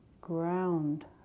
ground